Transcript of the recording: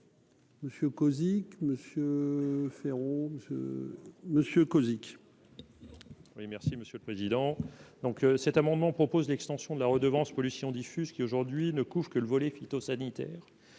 Monsieur Cosic Monsieur Féraud Monsieur Covic. Oui, merci Monsieur le Président, donc cet amendement propose l'extension de la redevance pollutions diffuses qui aujourd'hui ne couvre que le volet phytosanitaire,